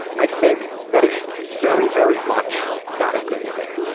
i think that it's very, very much not a good thing.